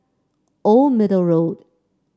Old Middle Road